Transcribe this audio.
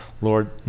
Lord